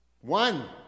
One